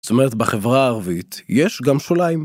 זאת אומרת, בחברה הערבית יש גם שוליים?